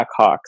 Blackhawks